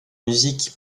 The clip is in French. musique